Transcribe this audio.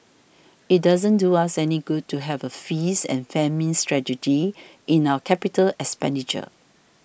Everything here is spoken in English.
it doesn't do us any good to have a feast and famine strategy in our capital expenditure